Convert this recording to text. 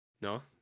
No